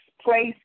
place